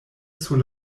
sur